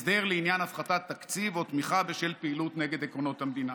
הסדר לעניין הפחתת תקציב או תמיכה בשל פעילות נגד עקרונות המדינה.